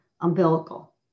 umbilical